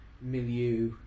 milieu